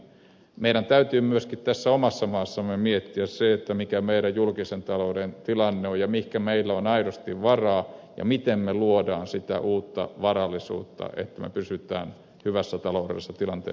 meidän täytyy myöskin tässä omassa maassamme miettiä sitä mikä meidän julkisen taloutemme tilanne on ja mihinkä meillä on aidosti varaa ja miten me luomme sitä uutta varallisuutta niin että me pysymme hyvässä taloudellisessa tilanteessa jatkossakin